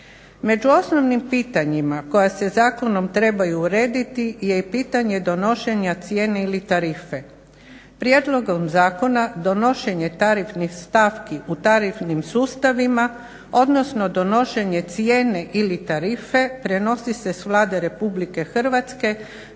Među osnovnim pitanjima koja se zakonom trebaju urediti je i pitanje donošenja cijene ili tarife. Prijedlogom zakona donošenje tarifnih stavki u tarifnim sustavima, odnosno donošenje cijene ili tarife prenosi se s Vlade RH na Hrvatsku